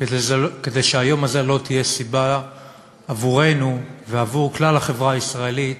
כדי שהיום הזה לא יהיה סיבה עבורנו ועבור כלל החברה הישראלית